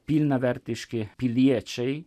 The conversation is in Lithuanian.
pilnavertiški piliečiai